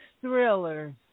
Thriller